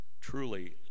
Truly